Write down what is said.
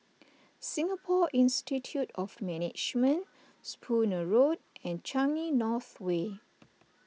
Singapore Institute of Management Spooner Road and Changi North Way